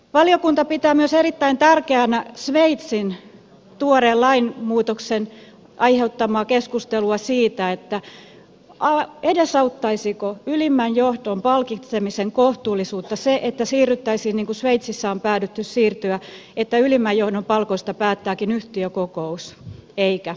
valiokunta pitää myös erittäin tärkeänä sveitsin tuoreen lainmuutoksen aiheuttamaa keskustelua siitä edesauttaisiko ylimmän johdon palkitsemisen kohtuullisuutta se että siirryttäisiin siihen niin kuin sveitsissä on päädytty siirtymään että ylimmän johdon palkoista päättääkin yhtiökokous eikä hallitus